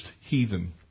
heathen